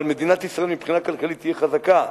אבל מדינת ישראל מבחינה כלכלית תהיה חזקה,